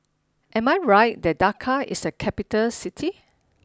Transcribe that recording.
am I right that Dhaka is a capital city